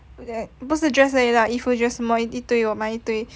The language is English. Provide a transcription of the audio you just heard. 不是 dress 而已啦衣服什么我买一堆我买一堆